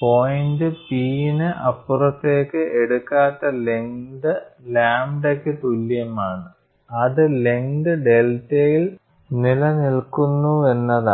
point P ന് അപ്പുറത്തേക്ക് എടുക്കാത്ത ലെങ്ത് ലാംഡക്ക് തുല്യമാണ് അത് ലെങ്ത് ഡെൽറ്റയിൽ നില നിൽക്കുന്നുവെന്നതാണ്